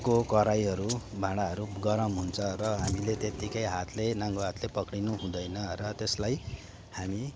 को कराईहरू भाँडाहरू गरम हुन्छ र हामीले त्यत्तिकै हातले नाङ्गो हातले पक्रिनु हुँदैन र त्यसलाई हामी